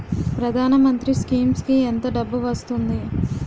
ప్రధాన మంత్రి స్కీమ్స్ కీ ఎంత డబ్బు వస్తుంది?